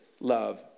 love